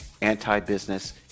anti-business